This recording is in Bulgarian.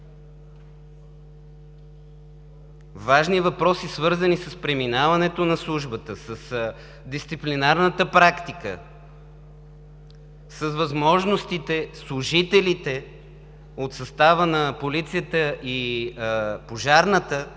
важни въпроси, свързани с преминаването на службата, с дисциплинарната практика, с възможностите служителите от състава на Полицията и Пожарната